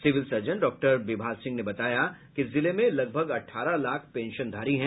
civil surgeon doctor Vibha Singh ने बताया कि जिले में लगभग अठारह लाख पेंशनधारी हैं